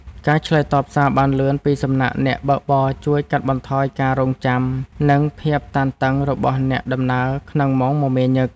ការឆ្លើយតបសារបានលឿនពីសំណាក់អ្នកបើកបរជួយកាត់បន្ថយការរង់ចាំ និងភាពតានតឹងរបស់អ្នកដំណើរក្នុងម៉ោងមមាញឹក។